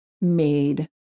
made